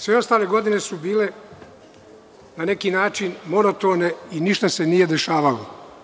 Sve ostale godine su bile na neki način monotone i ništa se nije dešavalo.